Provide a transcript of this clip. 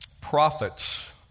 prophets